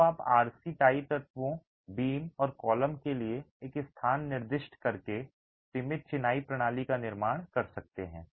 अब आप RC tie तत्वों बीम और कॉलम के लिए एक स्थान निर्दिष्ट करके सीमित चिनाई प्रणाली का निर्माण कर सकते हैं